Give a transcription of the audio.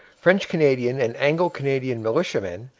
french-canadian and anglo-canadian militiamen,